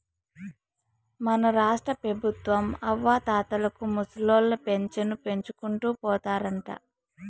మన రాష్ట్రపెబుత్వం అవ్వాతాతలకు ముసలోళ్ల పింఛను పెంచుకుంటూ పోతారంట